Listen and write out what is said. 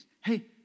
Hey